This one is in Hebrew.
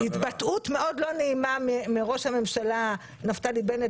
התבטאות מאוד לא נעימה מראש הממשלה נפתלי בנט